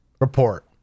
Report